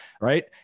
right